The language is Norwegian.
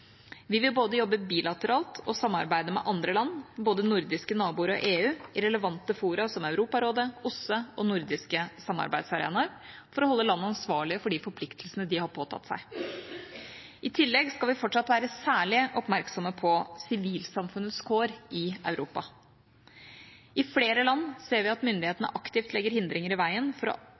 Vi vil både jobbe bilateralt og samarbeide med andre land, både nordiske naboer og EU, i relevante fora som Europarådet, OSSE og nordiske samarbeidsarenaer for å holde land ansvarlige for de forpliktelsene de har påtatt seg. I tillegg skal vi fortsatt være særlig oppmerksomme på sivilsamfunnets kår i Europa. I flere land ser vi at myndighetene aktivt legger hindringer i veien for